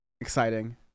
exciting